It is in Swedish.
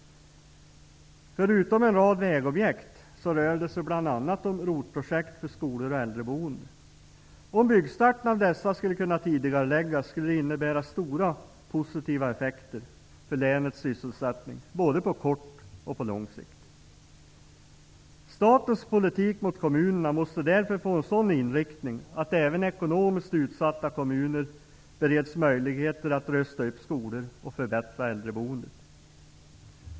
Förutom en rad vägobjekt rör det sig bl.a. om ROT-projekt för skolor och äldreboende. Om byggstarten av dessa kan tidigareläggas innebär det stora positiva effekter för länets sysselsättning på både kort och lång sikt. Statens politik gentemot kommunerna måste därför få en sådan inriktning att även ekonomiskt utsatta kommuner bereds möjligheter att rusta upp skolor och förbättra äldreboendet.